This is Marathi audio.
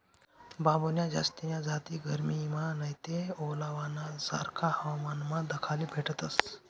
बांबून्या जास्तीन्या जाती गरमीमा नैते ओलावाना सारखा हवामानमा दखाले भेटतस